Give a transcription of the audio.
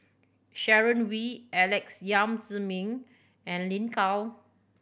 Sharon Wee Alex Yam Ziming and Lin Gao